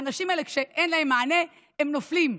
האנשים האלה, כשאין להם מענה, הם נופלים.